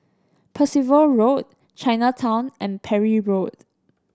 Percival Road Chinatown and Parry Road